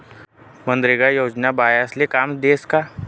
मनरेगा योजना बायास्ले काम देस का?